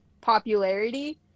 popularity